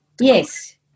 Yes